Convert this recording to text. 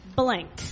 blank